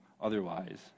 otherwise